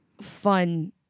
fun